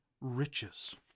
riches